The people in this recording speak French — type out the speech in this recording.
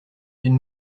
d’une